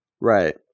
Right